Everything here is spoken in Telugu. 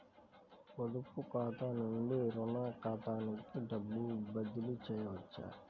పొదుపు ఖాతా నుండీ, రుణ ఖాతాకి డబ్బు బదిలీ చేయవచ్చా?